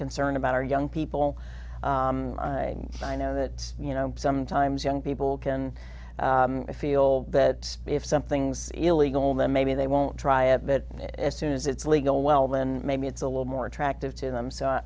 concern about our young people and i know that you know sometimes young people can feel that if something's illegal then maybe they won't try a bit as soon as it's legal well then maybe it's a little more attractive to them so